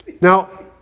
Now